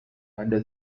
under